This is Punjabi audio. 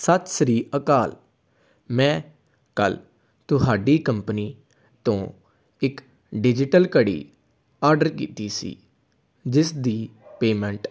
ਸਤਿ ਸ਼੍ਰੀ ਅਕਾਲ ਮੈਂ ਕੱਲ੍ਹ ਤੁਹਾਡੀ ਕੰਪਨੀ ਤੋਂ ਇੱਕ ਡਿਜੀਟਲ ਘੜੀ ਆਡਰ ਕੀਤੀ ਸੀ ਜਿਸਦੀ ਪੇਮੈਂਟ